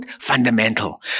Fundamental